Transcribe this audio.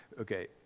Okay